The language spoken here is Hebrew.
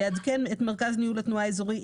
לעדכן את מרכז ניהול התנועה האזורי,